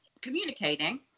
communicating